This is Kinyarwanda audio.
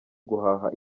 guhaha